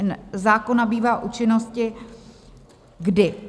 Ten zákon nabývá účinnosti kdy?